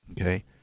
Okay